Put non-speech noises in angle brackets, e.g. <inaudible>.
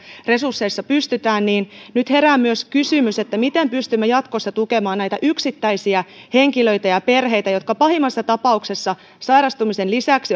resursseissa pystytään niin nyt herää myös kysymys miten pystymme jatkossa tukemaan näitä yksittäisiä henkilöitä ja perheitä jotka pahimmassa tapauksessa sairastumisen lisäksi <unintelligible>